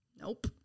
nope